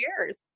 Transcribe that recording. years